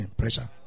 pressure